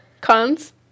Cons